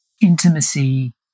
intimacy